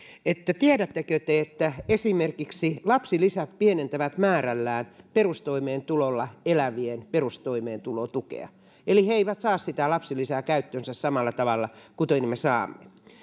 tiedättekö te että esimerkiksi lapsilisät pienentävät määrällään perustoimeentulolla elävien perustoimeentulotukea eli he eivät saa sitä lapsilisää käyttöönsä samalla tavalla kuten me saamme